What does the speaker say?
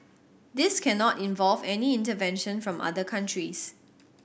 this cannot involve any intervention from other countries